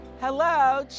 Hello